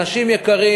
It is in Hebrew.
אנשים יקרים,